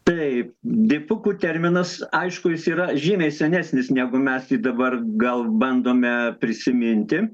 taip dipukų terminas aišku jis yra žymiai senesnis negu mes dabar gal bandome prisiminti